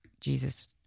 Jesus